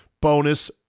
bonus